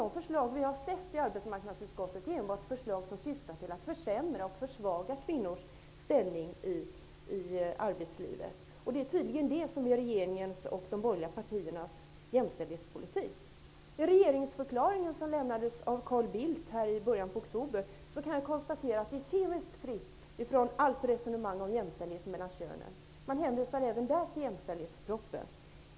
De förslag som vi har sett i arbetsmarknadsutskottet är enbart förslag som syftar till att försämra och försvaga kvinnors ställning i arbetslivet. Tydligen är detta regeringens och de borgerliga partiernas jämställdhetspolitik. Den regeringsförklaring som Carl Bildt avgav här i början av oktober är kliniskt befriad från allt resonemang om jämställdheten mellan könen. Man hänvisar även där till jämställdhetspropositionen.